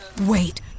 Wait